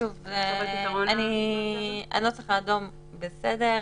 שוב, הנוסח האדום בסדר.